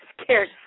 scared